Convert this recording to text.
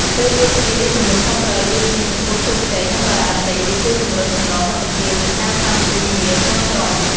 ពេលគ្រប់គ្នាមានទំនួលខុសត្រូវដូចគ្នាចំពោះជោគជ័យ និងបរាជ័យ វាជួយពង្រឹងចំណងមិត្តភាព និងការសាមគ្គីគ្នាក្នុងក្រុម។